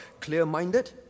clear-minded